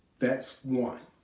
that's one,